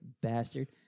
Bastard